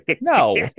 no